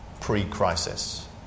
pre-crisis